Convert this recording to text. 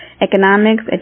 Economics